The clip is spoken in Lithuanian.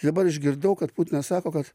tai dabar išgirdau kad putinas sako kad